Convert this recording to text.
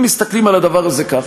אם מסתכלים על הדבר הזה כך,